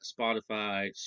Spotify